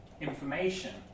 information